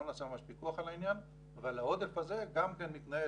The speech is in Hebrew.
נעשה ממש פיקוח על העניין ועל העודף הזה גם כן מתנהל